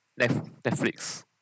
Netflix